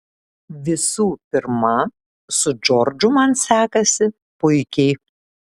visų pirma su džordžu man sekasi puikiai